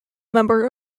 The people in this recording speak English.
member